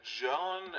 John